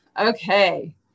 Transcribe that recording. Okay